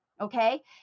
okay